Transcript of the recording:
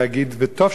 וטוב שלא נגיד,